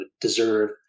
deserve